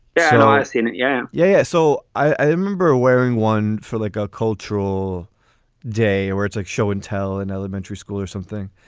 and i've seen it. yeah. yeah. so i remember wearing one for like a cultural day or it's like show and tell in elementary school or something.